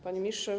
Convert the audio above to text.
Panie Ministrze!